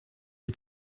est